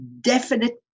definite